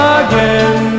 again